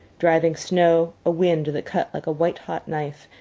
driving snow, a wind that cut like a white-hot knife,